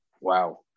wow